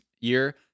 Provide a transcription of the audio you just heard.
year